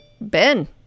Ben